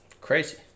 Crazy